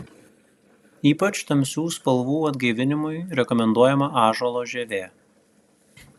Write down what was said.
ypač tamsių spalvų atgaivinimui rekomenduojama ąžuolo žievė